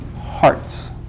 hearts